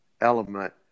element